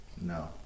no